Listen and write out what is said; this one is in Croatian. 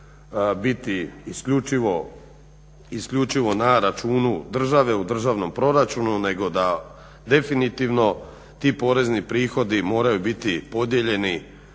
biti isključivo na računu države u državnom proračunu nego da definitivno ti porezni prihodi moraju biti podijeljeni